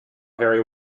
harry